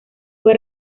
fue